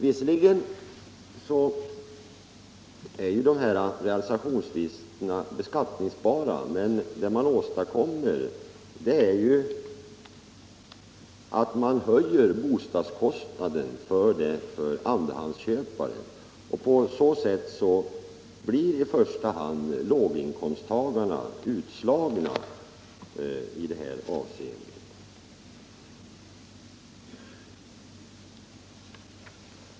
Visserligen är dessa realisationsvinster beskattningsbara, men det man åstadkommer är ju att man höjer bostadskostnaden för andrahandsköpare, och på så sätt blir främst låginkomsttagarna utslagna.